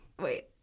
Wait